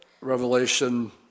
Revelation